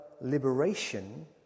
liberation